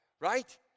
right